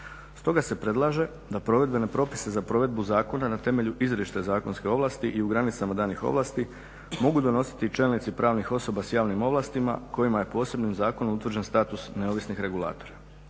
Stoga se predlaže da provedbene propise za provedbu zakona na temelju izričite zakonske ovlasti i u granicama danih ovlasti mogu donositi čelnici pravnih osoba s javnim ovlastima kojima je posebnom zakonom utvrđen status neovisnih regulatora.